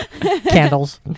Candles